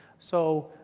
so